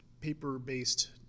paper-based